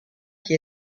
qui